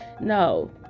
No